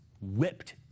whipped